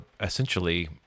essentially